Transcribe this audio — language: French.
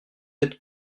être